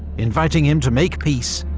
inviting him to make peace,